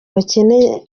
bakeneye